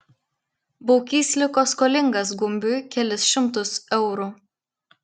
baukys liko skolingas gumbiui kelis šimtus eurų